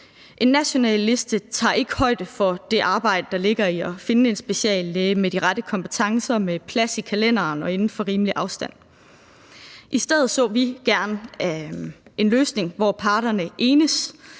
En national liste tager ikke højde for det arbejde, der ligger i at finde en speciallæge med de rette kompetencer, med plads i kalenderen og inden for rimelig afstand. I stedet så vi gerne en løsning, hvor parterne enes